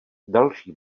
další